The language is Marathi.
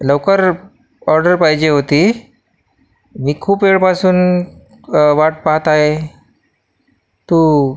लवकर ऑर्डर पाहिजे होती मी खूप वेळपासून वाट पाहत आहे तू